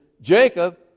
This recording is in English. Jacob